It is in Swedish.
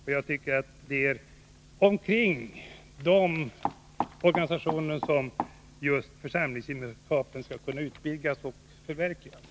Det är kring den organisationen som församlingsgemenskapen skall kunna vitaliseras och förverkligas.